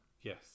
yes